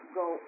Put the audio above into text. go